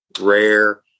rare